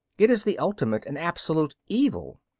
it is the ultimate and absolute evil,